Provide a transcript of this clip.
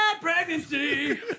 pregnancy